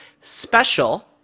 special